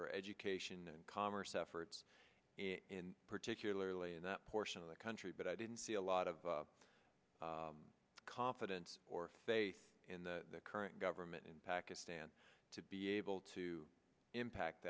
for education and commerce efforts in particularly in that portion of the country but i didn't see a lot of confidence or faith in the current government in pakistan to be able to impact